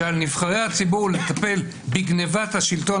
שעל נבחרי הציבור לטפל בגניבת השלטון